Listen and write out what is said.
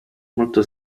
molto